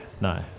no